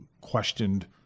questioned